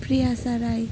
Priyasa Rai